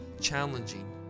challenging